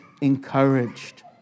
encouraged